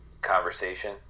conversation